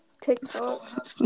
TikTok